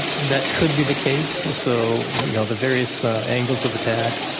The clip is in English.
that could be the case. so you know the various angles of attack,